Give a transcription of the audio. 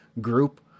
group